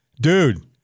dude